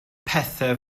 pethau